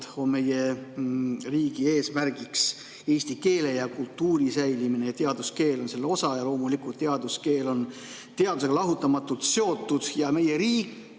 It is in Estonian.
on meie riigi eesmärk eesti keele ja kultuuri säilimine, ja teaduskeel on selle osa. Loomulikult on teaduskeel teadusega lahutamatult seotud. Meie riik,